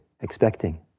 expecting